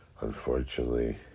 Unfortunately